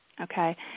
Okay